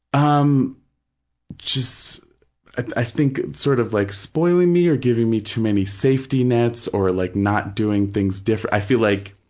um just i think sort of like spoiling me or giving me too many safety nets or like not doing things diff, i feel like